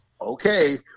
Okay